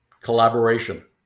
Collaboration